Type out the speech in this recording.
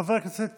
חבר הכנסת